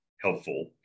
helpful